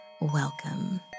welcome